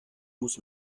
muss